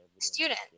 student